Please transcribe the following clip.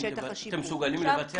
אתם מסוגלים לבצע?